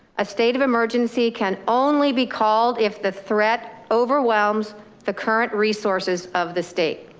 a state of emergency can only be called if the threat overwhelms the current resources of the state.